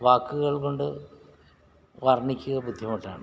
വാക്കുകൾ കൊണ്ട് വർണ്ണിക്കുക ബുദ്ധിമുട്ടാണ്